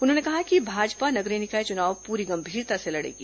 उन्होंने कहा कि भाजपा नगरीय निकाय चुनाव पूरी गंभीरता से लड़ेगी